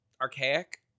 archaic